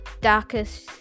darkest